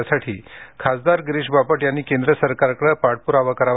त्यासाठी खासदार गिरीश बापट यांनी केंद्र सरकारकडे पाठपुरावा करावा